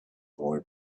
boy